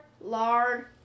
lard